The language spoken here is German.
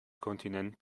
kontinent